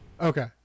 Okay